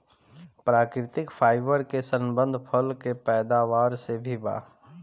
प्राकृतिक फाइबर के संबंध फल के पैदावार से भी बा